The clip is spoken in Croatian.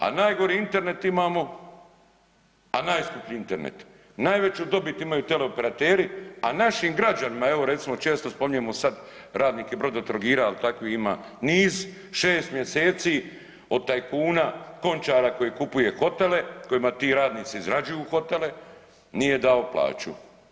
A najgori Internet imamo, a najskuplji Internet, najveću dobit imaju teleoperateri, a našim građanima evo recimo često spominjemo sad radnike Brodotrogira, al takvih ima niz 6 mjeseci od tajkuna Končara koji kupuje hotele kojima ti radnici izrađuju hotele nije dao plaću.